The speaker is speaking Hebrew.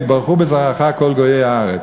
והתברכו בזרעך כל גויי הארץ".